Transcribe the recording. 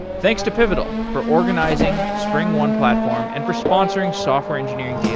thanks to pivotal for organizing springone platform and for sponsoring software engineering